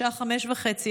בשעה 05:30,